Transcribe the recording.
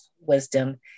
wisdom